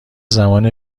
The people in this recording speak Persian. زمان